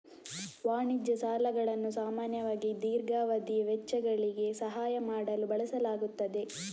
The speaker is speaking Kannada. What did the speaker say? ವಾಣಿಜ್ಯ ಸಾಲಗಳನ್ನು ಸಾಮಾನ್ಯವಾಗಿ ದೀರ್ಘಾವಧಿಯ ವೆಚ್ಚಗಳಿಗೆ ಸಹಾಯ ಮಾಡಲು ಬಳಸಲಾಗುತ್ತದೆ